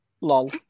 Lol